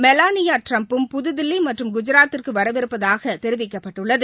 மெலானியாட்ரம்பும் புதுதில்லிமற்றும் குஜராத்திற்குவரவிருப்பதாகதெரிவிக்கப்பட்டுள்ளது